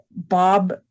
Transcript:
bob